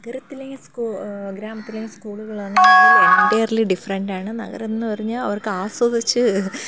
നഗരത്തിലെ ഗ്രാമത്തിലെ സ്കൂളുകളെന്നാൽ എൻ്യർലി ഡിഫറൻ്റ് ആണ് നഗരം എന്നു പറഞ്ഞാൽ അവർക്ക് ആസ്വദിച്ചു